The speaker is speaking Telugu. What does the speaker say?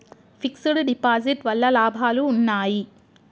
ఫిక్స్ డ్ డిపాజిట్ వల్ల లాభాలు ఉన్నాయి?